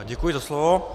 Děkuji za slovo.